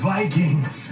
Vikings